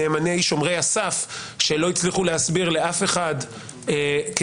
נאמני שומרי הסף שלא הצליחו להסביר לאף אחד כיצד